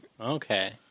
Okay